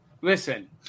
Listen